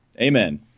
Amen